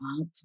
up